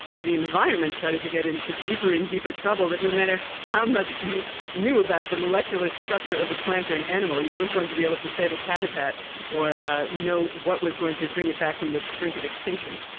as the environment started to get into deeper and deeper trouble, that no matter how much you knew about the molecular structure of a plant or an animal, you weren't going to be able to save its habitat or ah know what was going to bring it back from the brink of extinction.